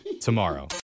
tomorrow